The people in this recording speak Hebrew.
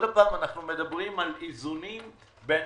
שוב אנחנו מדברים על איזונים בין